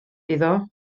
iddo